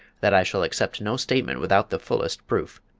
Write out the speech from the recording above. that i shall accept no statement without the fullest proof.